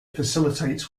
facilitates